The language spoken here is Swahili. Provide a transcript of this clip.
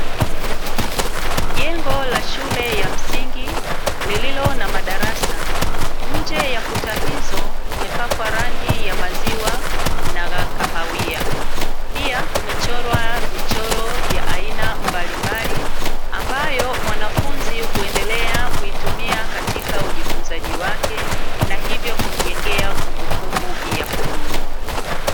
Jengo la shule ya msingi lililo na madarasa, nje ya kuta hizo kumepakwa rangi za maziwa na za kahawia, pia kumechorwa michoro ya aina mbalimbali, ambayo mwanafunzi huendelea kuitumia katika ujifunzaji wake na hivyo kumjengea kumbukumbu ya kudumu.